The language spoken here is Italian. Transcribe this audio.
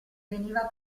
veniva